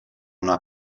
una